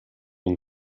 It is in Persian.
اون